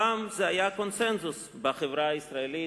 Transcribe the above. פעם זה היה קונסנזוס בחברה הישראלית,